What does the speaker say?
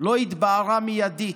לא התבהרה מיידית,